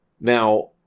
Now